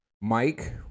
Mike